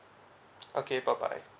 okay bye bye